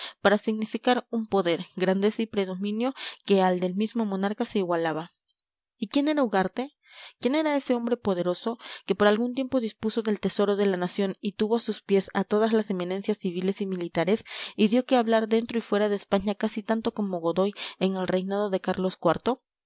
para significar un poder grandeza y predominio que al del mismo monarca se igualaba y quién era ugarte quién era ese hombre poderoso que por algún tiempo dispuso del tesoro de la nación y tuvo a sus pies a todas las eminencias civiles y militares y dio que hablar dentro y fuera de españa casi tanto como godoy en el reinado de carlos